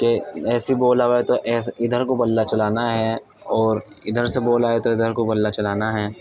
کہ ایسی بال آئے تو ایسے ادھر کو بلا چلانا ہے اور ادھر سے بال آئے تو ادھر کو بلا چلانا ہے